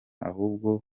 ahubwo